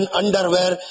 underwear